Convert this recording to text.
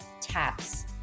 TAPS